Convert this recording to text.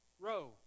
row